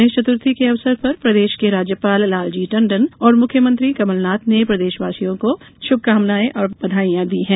गणेश चतुर्थी के अवसर पर प्रदेश के राज्यपाल लालजी टंडन और मुख्यमंत्री कमल नाथ ने प्रदेशवासियों को शुभकामनाएं और बधाइयां दी है